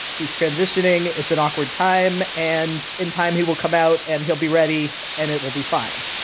he's transitioning. it's an awkward time. and in time he will come out and he'll be ready and it will be fine.